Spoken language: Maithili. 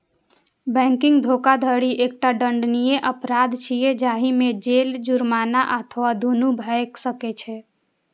बैंकिंग धोखाधड़ी एकटा दंडनीय अपराध छियै, जाहि मे जेल, जुर्माना अथवा दुनू भए सकै छै